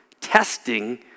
testing